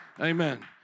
Amen